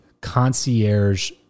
concierge